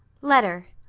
letter,